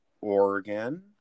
Oregon